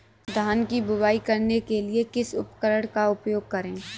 धान की बुवाई करने के लिए किस उपकरण का उपयोग करें?